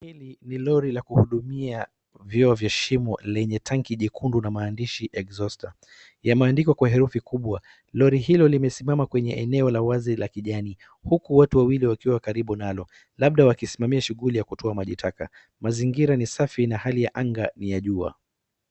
Hili ni lori la kuhudumia vyoo vya shimo lenye tanki jekundu na maandishi exhauster ,yameandikwa kwa herufi kubwa. Lori limesimama kwenye eneo la wazi la kijani huku watu wawili wakiwa karibu nalo, labda wakisimamia shughuli ya kutoa maji taka. Mazingira ni safi na hali ya anga ni ya jua.